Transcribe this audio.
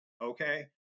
okay